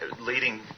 leading